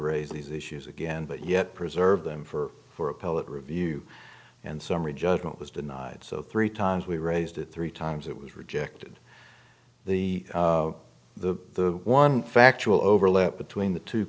raise these issues again but yet preserve them for for appellate review and summary judgment was denied so three times we raised it three times it was rejected the the one factual overlap between the two